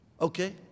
Okay